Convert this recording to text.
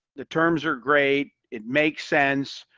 the terms are great. it makes sense.